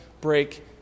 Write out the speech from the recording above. break